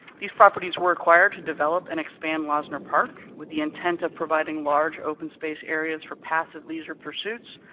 these properties were acquired to develop and expand losner park with the intent of providing large open space areas for passive leisure pursuits,